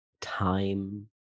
time